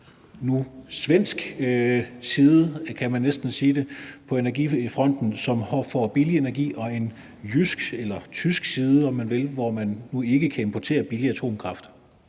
en svensk side, kan man næsten sige, på energifronten, som får billig energi, og en jysk eller tysk side, om man vil, hvor man ikke kan importere billig atomkraft?